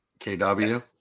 KW